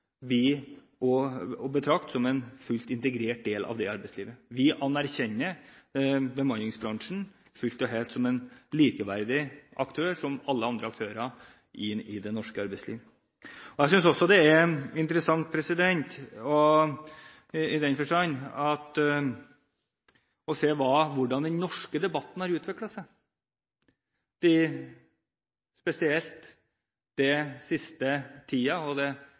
å betrakte som en fullt ut integrert del av arbeidslivet. Vi anerkjenner bemanningsbransjen fullt og helt som en likeverdig aktør, som alle andre aktører i norsk arbeidsliv. Jeg synes også det er interessant i den forstand å se hvordan den norske debatten har utviklet seg, spesielt den siste tiden og det